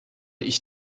ich